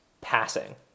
passing